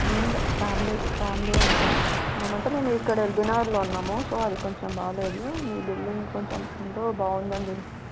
ఏం లే ఫ్యామిలీ ఫ్యామిలియే ఉంటాము మేము అంటే మేము ఇక్కడ యల్బి నగర్లో ఉన్నాము సో అది కొంచెం బాగోలేదు ఈ బిల్డింగ్ కొంచెం ఏంతో బావుంది అని తెలిసి